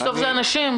בסוף זה אנשים.